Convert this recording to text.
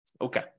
Okay